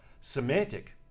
Semantic